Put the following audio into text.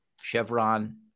Chevron